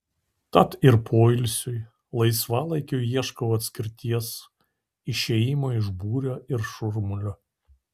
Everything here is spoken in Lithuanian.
tad ir poilsiui laisvalaikiui ieškau atskirties išėjimo iš būrio ir šurmulio